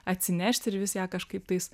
atsinešti ir vis ją kažkaip tais